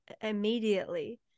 immediately